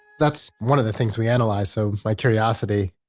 that's one of the things we analyze, so my curiosity.